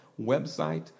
website